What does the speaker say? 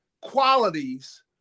qualities